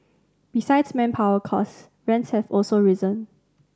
besides manpower costs rents have also risen